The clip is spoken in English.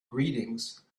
greetings